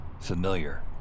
familiar